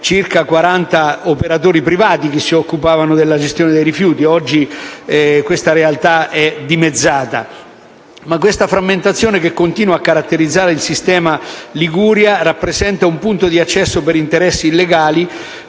circa 40 operatori privati, che si occupavano della gestione dei rifiuti e oggi tale realtà è dimezzata. Questa frammentazione, che continua a caratterizzare il sistema della Liguria, rappresenta un punto di accesso per interessi illegali,